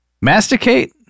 Masticate